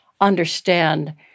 understand